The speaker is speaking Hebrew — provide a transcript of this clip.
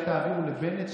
אולי תעבירו לבנט,